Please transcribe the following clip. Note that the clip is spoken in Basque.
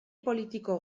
politiko